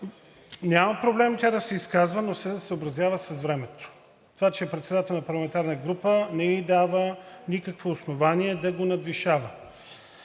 Няма проблем тя да се изказва, но да се съобразява с времето. Това, че е председател на парламентарна група, не ѝ дава никакво основание да го надвишава.